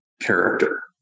character